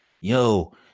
yo